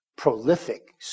prolific